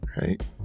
Right